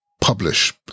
publish